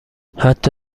حتی